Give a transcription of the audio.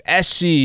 SC